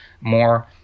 more